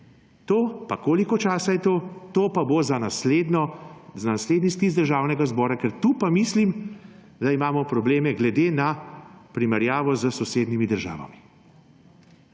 to pa. Koliko časa je to – to pa bo za naslednji sklic Državnega zbora, ker tu pa mislim, da imamo probleme glede na primerjavo s sosednjimi državami.